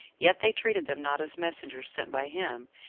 yet they treated them not as messengers sent by him,